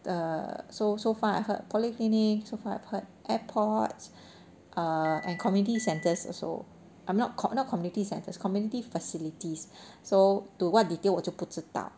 the so so far I heard polyclinic so far I've heard airports and community centres also I'm not oh not community centres community facilities so to what detail 我就不知道